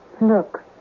Look